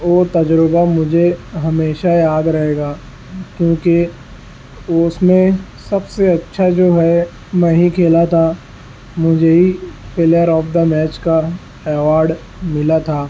وہ تجربہ مجھے ہمیشہ یاد رہے گا کیونکہ اس میں سب سے اچھا جو ہے میں ہی کھیلا تھا مجھے ہی پلیئر آف دا میچ کا ایوارڈ ملا تھا